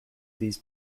these